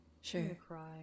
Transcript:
Sure